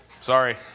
Sorry